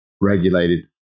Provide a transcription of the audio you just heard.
regulated